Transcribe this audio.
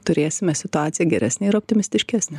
turėsime situaciją geresnę ir optimistiškesnę